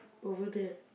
over there